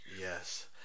yes